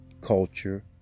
culture